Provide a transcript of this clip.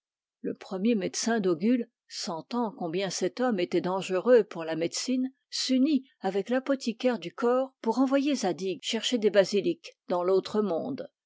le premier médecin d'ogul sentant combien cet homme était dangereux pour la médecine s'unit avec l'apothicaire du corps pour envoyer zadig chercher des basilics dans l'autre monde